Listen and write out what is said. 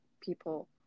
people